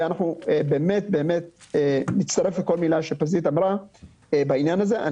אני מצטרף לכל מילה שפזית אמרה בעניין הזה.